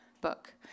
book